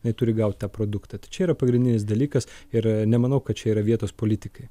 jinai turi gaut tą produktą tai čia yra pagrindinis dalykas ir nemanau kad čia yra vietos politikai